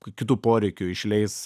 kitų poreikių išleis